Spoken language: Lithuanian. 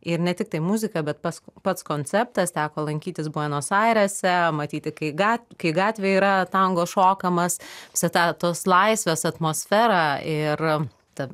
ir ne tiktai muzika bet pas pats konceptas teko lankytis buenos airėse matyti kai gat kai gatvėj yra tango šokamas visą tą tos laisvės atmosferą ir ta